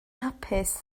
hapus